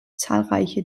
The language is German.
zahlreiche